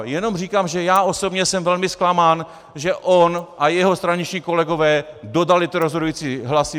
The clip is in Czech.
Jenom říkám, že já osobně jsem velmi zklamán, že on a jeho straničtí kolegové dodali ty rozhodující hlasy.